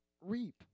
reap